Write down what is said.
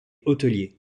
hôtelier